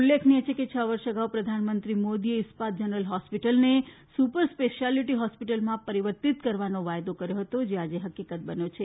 ઉલ્લેખનિય છે કે છ વર્ષ અગાઉ પ્રધાનમંત્રી નરેન્દ્ર મોદીએ ઈસ્પાત જનરલ હોસ્પિટલને સુપર સ્પેશ્યાલિટી હોસ્પિટલમાં પરિવર્તિત કરવાનો વાયદો કર્યો હતો જે આજે હકીકત બન્યો છે